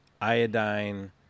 iodine